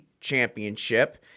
championship